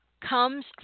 comes